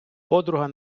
подруга